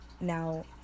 Now